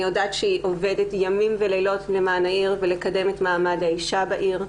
אני יודעת שהיא עובדת ימים ולילות למען העיר ולקידום מעמד האישה בעיר.